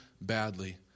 badly